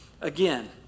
Again